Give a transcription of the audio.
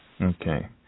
Okay